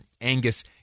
Angus